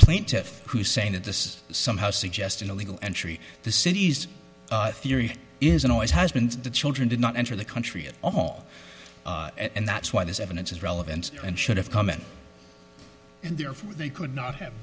plaintiffs who saying that this is somehow suggesting a legal entry the city's theory is and always has been the children did not enter the country at all and that's why this evidence is relevant and should have come in and therefore they could not have